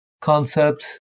concepts